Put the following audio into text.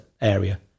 area